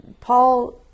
Paul